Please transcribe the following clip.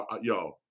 Yo